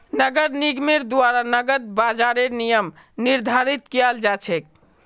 नगर निगमेर द्वारा नकद बाजारेर नियम निर्धारित कियाल जा छेक